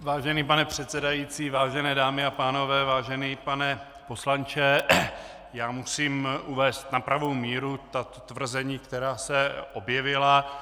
Vážený pane předsedající, vážené dámy a pánové, vážený pane poslanče, musím uvést na pravou míru ta tvrzení, která se objevila.